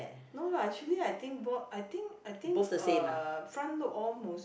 no lah actually I think Borsch I think I think front load all mostly